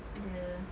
the